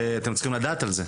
ואתם צריכים לדעת על זה.